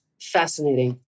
fascinating